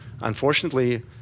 unfortunately